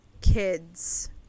kids